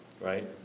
right